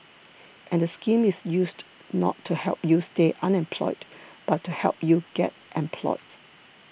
and the scheme is used not to help you stay unemployed but to help you get employed